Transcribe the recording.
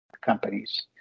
companies